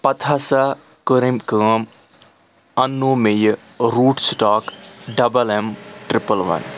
پتہٕ ہسا کٔر أمۍ کٲم اَنٛنو مےٚ یہِ rootstock double M triple وَن